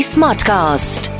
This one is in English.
Smartcast